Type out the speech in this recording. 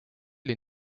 les